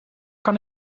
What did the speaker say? kan